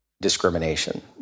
discrimination